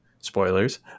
spoilers